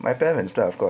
my parents lah of course